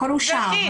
הכול אושר.